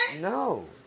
No